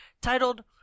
titled